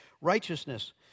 Righteousness